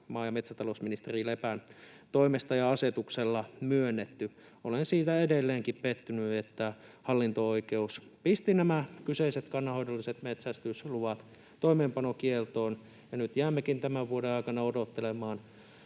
maa- ja metsätalousministeri Lepän toimesta ja asetuksella myönnetty. Olen edelleenkin pettynyt siitä, että hallinto-oikeus pisti nämä kyseiset kannanhoidolliset metsästysluvat toimeenpanokieltoon. Nyt jäämmekin tämän vuoden aikana odottelemaan